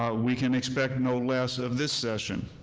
ah we can expect no less of this session.